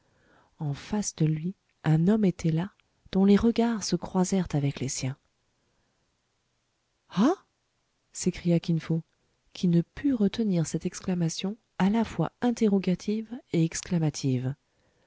en face de lui un homme était là dont les regards se croisèrent avec les siens ah s'écria kin fo qui ne put retenir cette exclamation à la fois interrogative et exclamative